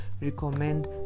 recommend